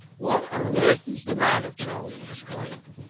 what on earth is the matter? charlie exclaimed.